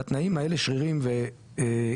והתנאים האלה שרירים וקיימים,